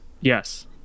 yes